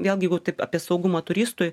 vėlgi taip apie saugumą turistui